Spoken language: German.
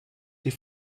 sie